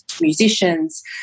musicians